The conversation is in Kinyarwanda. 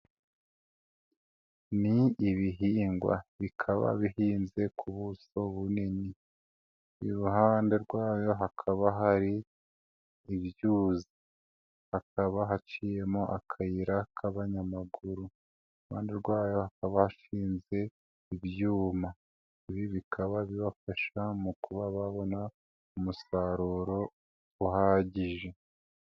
Ni ibihingwa, bikaba bihinze ku buso bunini, iruhande rwayo hakaba hari ibyuzi, hakaba haciyemo akayira k'abanyamaguru, ihande rwabo hashinze ibyuma, ibi bikaba bibafasha mu kuba babona umusaruro uhagije.